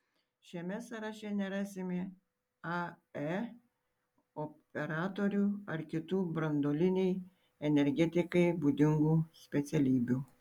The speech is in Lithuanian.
šiame sąraše nerasime ae operatorių ar kitų branduolinei energetikai būdingų specialybių